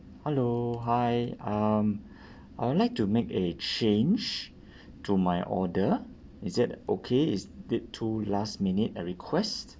hello hi um I would like to make a change to my order is that okay is it too last minute a request